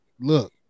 look